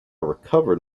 recovered